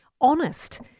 honest